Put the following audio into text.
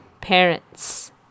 parents